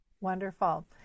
Wonderful